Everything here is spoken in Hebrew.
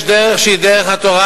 יש דרך שהיא דרך התורה,